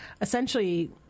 essentially